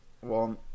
one